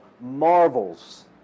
marvels